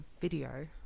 video